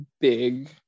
big